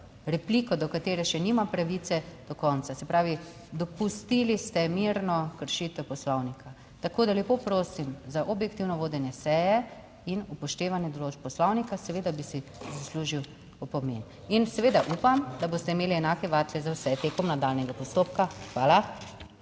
repliko, do katere še nima pravice do konca. Se pravi, dopustili ste mirno kršitev Poslovnika, tako da lepo prosim za objektivno vodenje seje. In upoštevanje določb Poslovnika. Seveda bi si zaslužil opomin in seveda upam, da boste imeli enake vatle za vse tekom nadaljnjega postopka. Hvala.